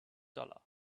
dollar